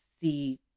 see